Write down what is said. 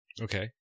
Okay